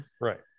Right